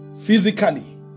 physically